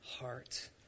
heart